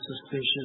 suspicious